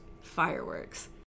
fireworks